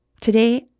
Today